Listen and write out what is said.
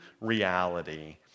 reality